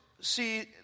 see